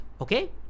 okay